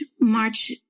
March